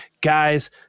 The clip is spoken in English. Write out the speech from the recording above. guys